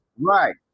Right